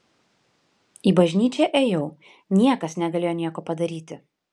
į bažnyčią ėjau niekas negalėjo nieko padaryti